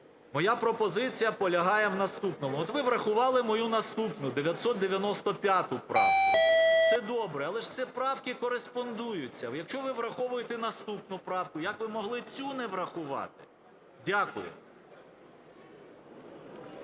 Моя пропозиція полягає в наступному. От ви врахували мою наступну 995 правку. Це добре. Але ж ці правки кореспондуються. Якщо ви враховуєте наступну правку, як ви могли цю не врахувати? Дякую.